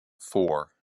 four